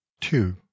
two